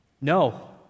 No